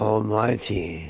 Almighty